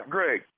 Greg